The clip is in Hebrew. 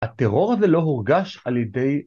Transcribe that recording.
‫הטרור הזה לא הורגש על ידי...